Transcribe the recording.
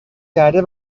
کرده